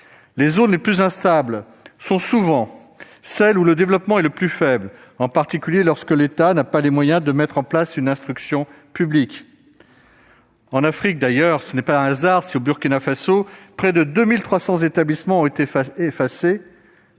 Les zones les plus instables sont souvent celles où le développement est le plus faible, en particulier lorsque l'État n'a pas les moyens de mettre en place une instruction publique. En Afrique, plus particulièrement au Burkina Faso, près de 2 300 établissements ont fermé